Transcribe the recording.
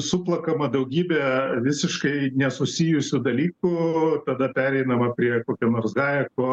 suplakama daugybė visiškai nesusijusių dalykų tada pereinama prie kokio nors hajeko